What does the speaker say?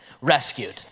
Rescued